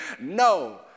No